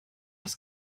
das